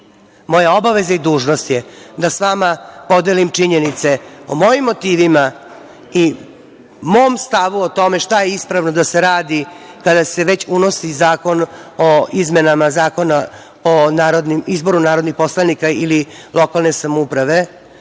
Moja obaveza i dužnost je da s vama podelim činjenice o mojim motivima i mom stavu o tome šta je ispravno da se radi kada se već donosi zakon o izmenama Zakona o izboru narodnih poslanika ili lokalne samouprave,